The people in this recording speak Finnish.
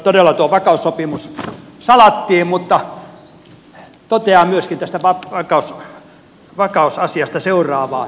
todella tuo vakaussopimus salattiin mutta totean myöskin tästä vakuusasiasta seuraavaa